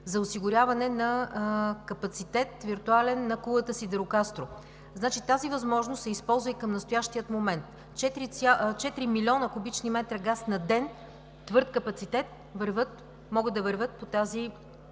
за осигуряване на капацитет, виртуален, на Кулата – Сидирокастро. Тази възможност се използва и към настоящия момент. Четири милиона кубични метра газ на ден твърд капацитет могат да вървят на